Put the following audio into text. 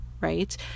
right